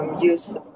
use